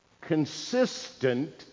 consistent